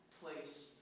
place